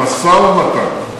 משא-ומתן.